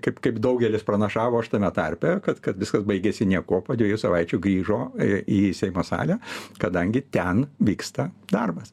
kaip kaip daugelis pranašavo aš tame tarpe kad kad viskas baigėsi niekuo po dviejų savaičių grįžo į seimo salę kadangi ten vyksta darbas